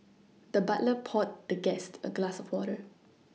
the butler poured the guest a glass of water